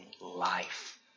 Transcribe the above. life